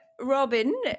robin